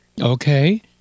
Okay